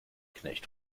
knecht